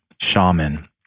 shaman